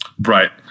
Right